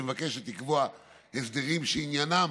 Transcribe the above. שמבקשת לקבוע הסדרים שעניינם